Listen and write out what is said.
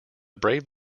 brave